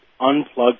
unplug